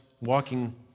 walking